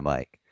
Mike